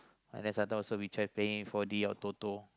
and then sometime also we trying playing four D or Toto